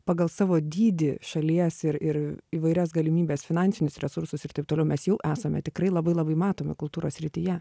pagal savo dydį šalies ir ir įvairias galimybes finansinius resursus ir taip toliau mes jau esame tikrai labai labai matomi kultūros srityje